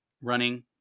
running